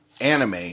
anime